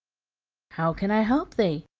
how can i help thee?